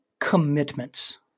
commitments